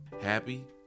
Happy